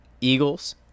Eagles